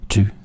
Two